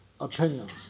Opinions